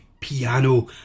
piano